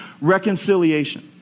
reconciliation